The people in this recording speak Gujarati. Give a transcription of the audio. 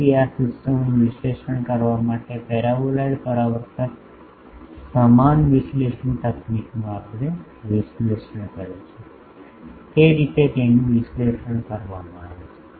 તેથી આ સિસ્ટમોનું વિશ્લેષણ કરવા માટે પેરાબોલોઇડ પરાવર્તક સમાન વિશ્લેષણ તકનીકનો આપણે વિશ્લેષણ કર્યું છે તે રીતે તેનું વિશ્લેષણ કરવામાં આવે છે